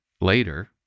later